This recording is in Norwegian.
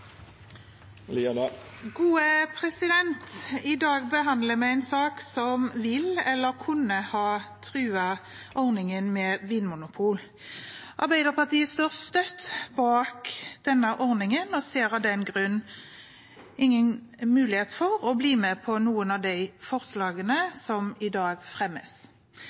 I dag behandler vi en sak som kunne ha truet ordningen med vinmonopol. Arbeiderpartiet står støtt bak denne ordningen og ser av den grunn ingen mulighet for å bli med på noen av de forslagene som i dag fremmes.